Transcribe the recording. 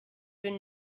been